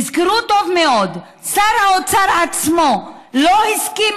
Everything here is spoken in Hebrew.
תזכרו טוב מאוד: שר האוצר עצמו לא הסכים